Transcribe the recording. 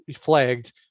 flagged